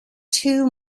two